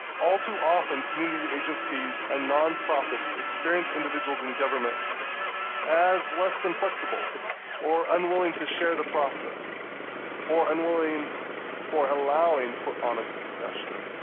all too often community agencies and nonprofits experience individuals in government as less than flexible or unwilling to share the process or unwilling for allowing for honest discussion.